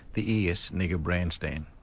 the es nigger brown stand.